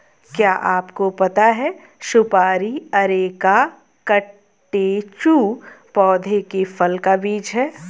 क्या आपको पता है सुपारी अरेका कटेचु पौधे के फल का बीज है?